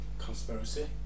conspiracy